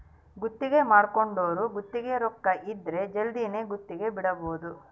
ಗುತ್ತಿಗೆ ಮಾಡ್ಕೊಂದೊರು ಗುತ್ತಿಗೆ ರೊಕ್ಕ ಇದ್ರ ಜಲ್ದಿನೆ ಗುತ್ತಿಗೆ ಬಿಡಬೋದು